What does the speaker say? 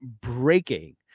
breaking